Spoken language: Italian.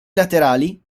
laterali